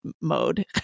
mode